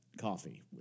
coffee